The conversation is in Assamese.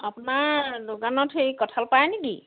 আপোনাৰ দোকানত হেৰি কঁঠাল পায় নেকি